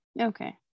okay